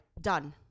done